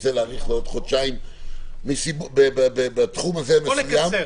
רוצה להאריך לעוד חודשיים בתחום מסוים --- או לקצר.